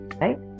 Right